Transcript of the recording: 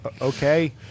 okay